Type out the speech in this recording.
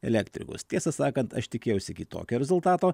elektrikus tiesą sakant aš tikėjausi kitokio rezultato